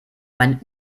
mein